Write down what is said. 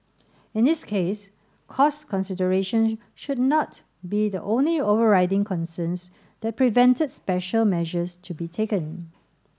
in this case cost considerations should not be the only overriding concerns that prevented special measures to be taken